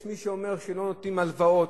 יש מי שאומר שלא נותנים הלוואות,